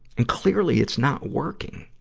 and clearly, it's not working.